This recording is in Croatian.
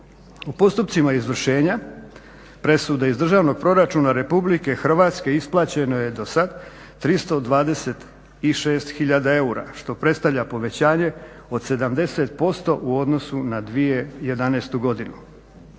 U postupcima izvršenja presude iz državnog proračuna republike Hrvatske isplaćeno je do sad 326 hiljada eura što predstavlja povećanje od 70% u odnosu na 2011. godinu.